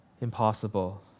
impossible